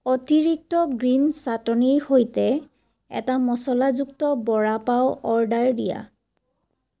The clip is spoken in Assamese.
অতিৰিক্ত গ্ৰীন চাটনীৰ সৈতে এটা মছলাযুক্ত বড়াপাও অৰ্ডাৰ দিয়া